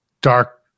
dark